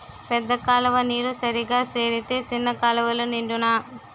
పెద్ద కాలువ నీరు సరిగా సేరితే సిన్న కాలువలు నిండునా